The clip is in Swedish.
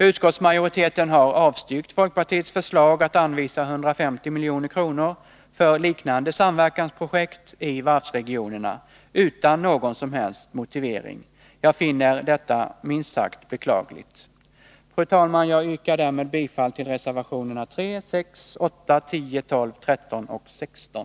Utskottsmajoriteten har avstyrkt folkpartiets förslag att anvisa 150 milj.kr. för liknande samverkansprojekt i varvsregionerna, utan någon som helst motivering. Jag finner detta minst sagt beklagligt. Fru talman! Jag yrkar därmed bifall till reservationerna 3, 6, 8, 10, 12, 13 och 16.